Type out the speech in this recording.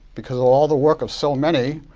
because of all the work of so many,